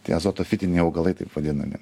tie azotofitiniai augalai taip vadinami